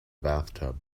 bathtub